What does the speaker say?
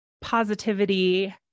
positivity